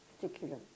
particular